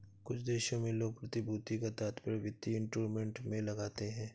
कुछ देशों में लोग प्रतिभूति का तात्पर्य वित्तीय इंस्ट्रूमेंट से लगाते हैं